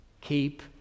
keep